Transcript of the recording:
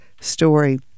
story